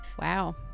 Wow